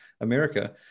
america